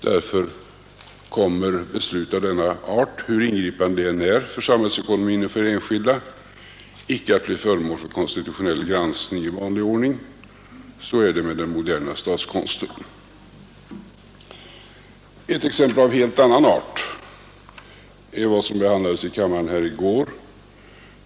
Därför kommer beslut av denna art, hur ingripande de än är för samhällsekonomin och för enskilda, icke att bli föremål för konstitutionell granskning i vanlig ordning. Så är det med den moderna statskonsten. Ett exempel av helt annan art är vad som behandlades här i kammaren igår.